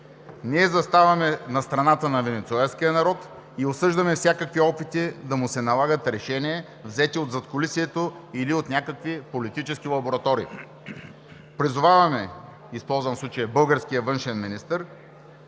Ние заставаме на страната на венецуелския народ и осъждаме всякакви опити да му се налагат решения, взети от задкулисието или от някакви политически лаборатории. Призоваваме, използвам случая, българския външен министър,